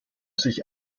sich